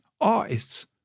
Artists